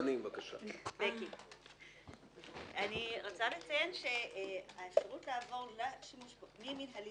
אני רוצה לציין שהאפשרות לעבור ממינהלי